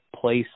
place